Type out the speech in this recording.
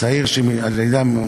אין מתנגדים,